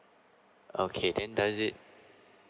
okay then does it